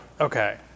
Okay